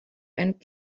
and